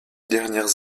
dernières